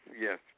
Yes